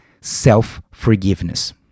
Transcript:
self-forgiveness